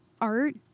art